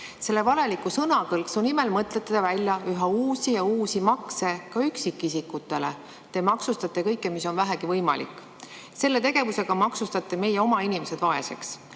Selle valeliku sõnakõlksu [toel] mõtlete te välja üha uusi ja uusi makse ka üksikisikutele. Te maksustate kõike, mida on vähegi võimalik. Sellise tegevusega maksustate te meie oma inimesed vaeseks,